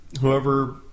Whoever